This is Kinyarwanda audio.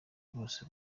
bose